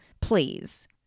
Please